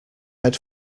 head